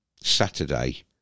Saturday